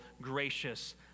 gracious